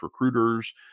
recruiters